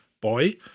boy